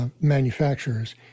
manufacturers